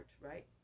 right